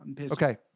Okay